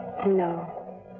No